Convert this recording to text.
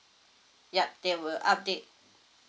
yup they will update